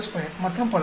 922 மற்றும் பல